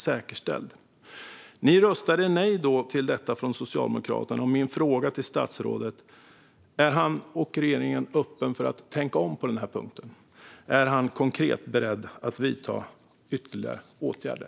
Socialdemokraterna röstade nej till detta, och jag frågar därför statsrådet: Är han och regeringen öppna för att tänka om på denna punkt? Är han beredd att vidta ytterligare åtgärder?